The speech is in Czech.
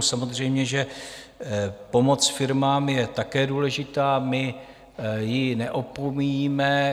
Samozřejmě že pomoc firmám je také důležitá, my ji neopomíjíme.